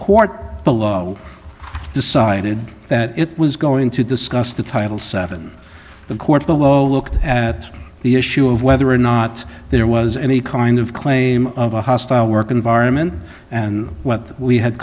court decided that it was going to discuss the title seven the court below looked at the issue of whether or not there was any kind of claim of a hostile work environment and what we had